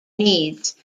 needs